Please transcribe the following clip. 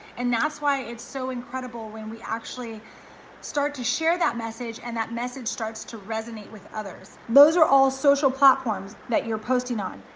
and that's why it's so incredible when we actually start to share that message and that message starts to resonate with others. those are all social platforms that you're posting on,